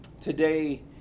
Today